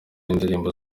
y’indirimbo